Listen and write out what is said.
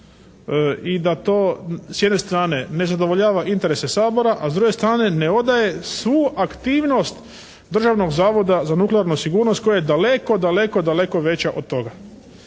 i da to s jedne strane ne zadovoljava interese Sabora, a s druge strane ne odaje svu aktivnost Državnog zavoda za nuklearnu sigurnost koja je daleko daleko veća od toga.